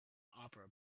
opera